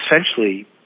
essentially